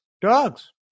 dogs